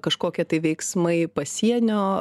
kažkokie tai veiksmai pasienio